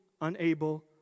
Unable